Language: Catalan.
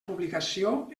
publicació